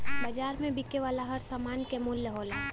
बाज़ार में बिके वाला हर सामान क मूल्य होला